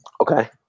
Okay